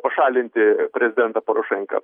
pašalinti prezidentą porošenką